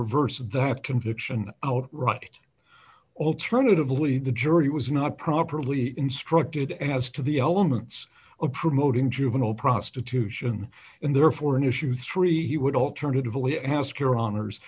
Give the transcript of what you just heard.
reverse that conviction out right alternatively the jury was not properly instructed as to the elements of promoting juvenile prostitution and therefore in issue three he would alternatively ask your hono